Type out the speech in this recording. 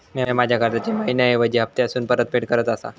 म्या माझ्या कर्जाची मैहिना ऐवजी हप्तासून परतफेड करत आसा